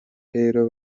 rero